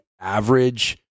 average